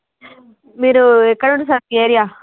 మీరు ఎక్కడుంది సార్ మీ ఏరియా